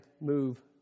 move